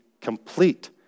complete